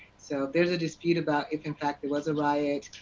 so there is a dispute about if in fact there was a riot,